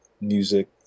music